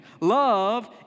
Love